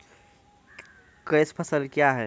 Cash फसल क्या हैं?